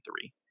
three